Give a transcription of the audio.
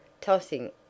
tossing